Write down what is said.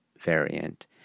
variant